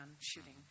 shooting